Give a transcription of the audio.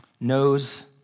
knows